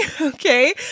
okay